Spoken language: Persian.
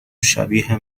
شبیه